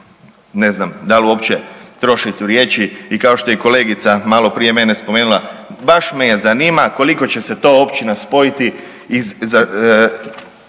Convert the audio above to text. ne znam, da li uopće trošiti riječi, i kao što je i kolegica malo prije mene spomenula, baš me zanima koliko će se to općina spojiti iz,